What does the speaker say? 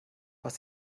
was